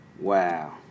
Wow